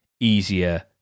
Easier